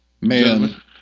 Man